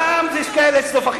הצלופח